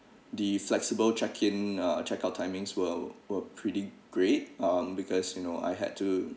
the flexible check in uh check out timings were were pretty great um because you know I had to